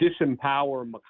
disempower